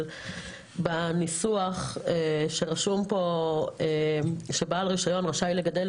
בניסוח נאמר ש"בעל רישיון רשאי לגדל,